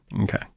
Okay